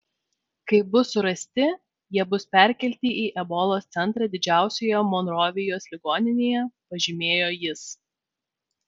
kai bus surasti jie bus perkelti į ebolos centrą didžiausioje monrovijos ligoninėje pažymėjo jis